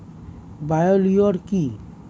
Bio লিওর কি?